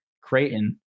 Creighton